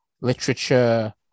literature